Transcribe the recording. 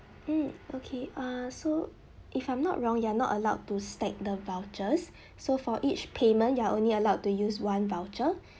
mm okay err so if I'm not wrong you are not allowed to stack the vouchers so for each payment you are only allowed to use one voucher